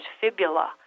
fibula